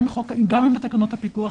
גם עם תקנות הפיקוח,